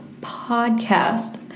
podcast